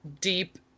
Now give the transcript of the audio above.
deep